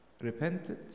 Repented